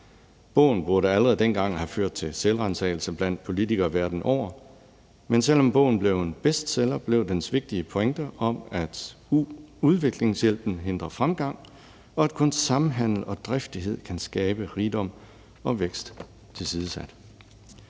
Bogen burde allerede dengang have ført til selvransagelse blandt politikere verden over, men selv om bogen blev en bestseller, blev dens vigtige pointer om, at udviklingshjælpen hindrer fremgang, og at kun samhandel og driftighed kan skabe rigdom og vækst, tilsidesat.